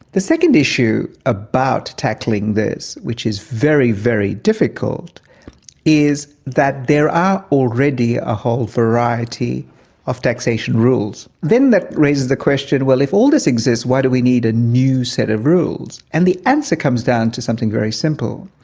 the second issue about tackling this which is very, very difficult is that there are already a whole variety of taxation rules. then that raises the question, well, if all this exists why do we need a new set of rules? and the answer comes down to something very simple,